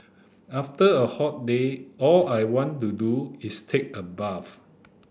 after a hot day all I want to do is take a bath